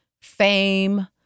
fame